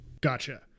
Gotcha